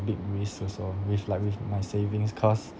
big risk also with like with my savings cause